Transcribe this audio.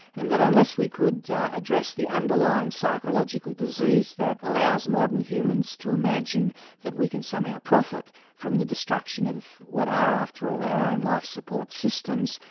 and that unless we could address the underlying psychological disease that allows modern humans to imagine that we can somehow profit from the destruction of what are, after all, our own life support systems,